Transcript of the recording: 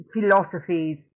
philosophies